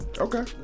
Okay